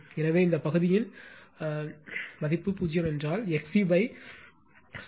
எனவே இந்த பகுதியின் 0 என்றால் XC69